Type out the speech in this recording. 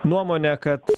nuomonę kad